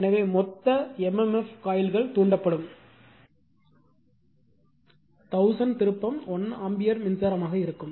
எனவே மொத்த m m f காயில்கள் தூண்டப்படும் 1000 திருப்பம் 1 ஆம்பியர் மின்சாரமாக இருக்கும்